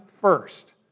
first